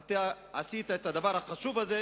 אתה עשית את הדבר החשוב הזה,